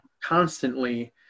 constantly